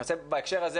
בהקשר הזה